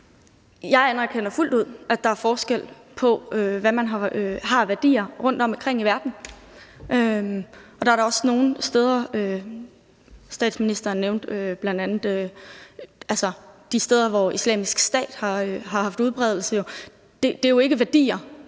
Jeg anerkender fuldt ud, at der er forskel på, hvad man har af værdier rundtomkring i verden, og at der da også er nogle steder – statsministeren nævnte det bl.a. – hvor Islamisk Stat har haft udbredelse, og det er jo ikke værdier,